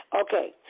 Okay